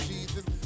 Jesus